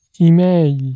Email